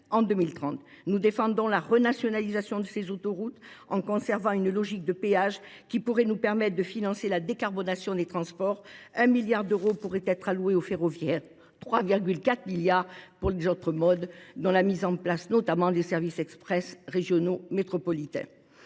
en 2030. Nous défendons la renationalisation de ces autoroutes en conservant une logique de péage qui pourrait nous permettre de financer la décarbonation des transports. 1 milliard d'euros pourraient être alloués aux ferroviaires, 3,4 milliards pour les autres modes, dont la mise en place notamment des services express régionaux métropolitains.